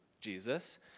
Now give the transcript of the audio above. Jesus